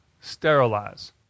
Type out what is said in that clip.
sterilize